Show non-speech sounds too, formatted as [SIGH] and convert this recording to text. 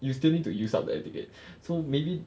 you still need to use up the air ticket [BREATH] so maybe